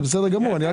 זה בסדר גמור.